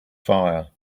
fire